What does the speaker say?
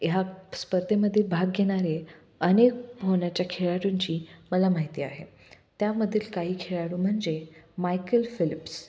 ह्या स्पर्धेमील भाग घेणारे अनेक होण्या्च्या खेळाडूंची मला माहिती आहे त्यामधील काही खेळाडू म्हणजे मायकल फिलिप्स